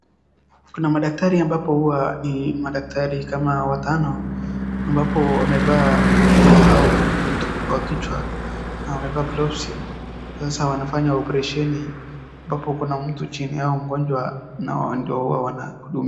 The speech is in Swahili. Kuna madaktari ambapo huwa ni madaktari kama watano ambapo wamevaa kofia au vitu kwa kichwa na wamevaa gloves sasa wanafanya oparesheni ambapo kuna mtu chini yao mgonjwa na ndio wanahudumia.